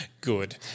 Good